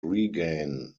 regain